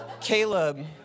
Caleb